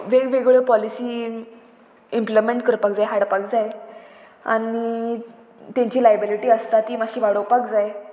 वेगवेगळ्यो policy implement करपाक जाय हाडपाक जाय आनी तेंची लायबिलिटी आसता ती मातशी वाडोवपाक जाय